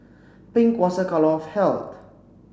pink was a colour of health